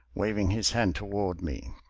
waving his hand toward me.